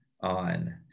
on